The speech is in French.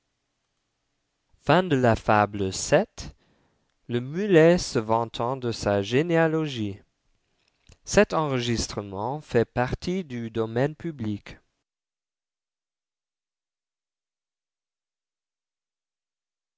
le mulet se vantant de sa généalogie